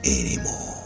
anymore